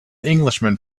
englishman